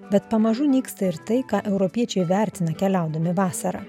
bet pamažu nyksta ir tai ką europiečiai vertina keliaudami vasarą